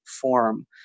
form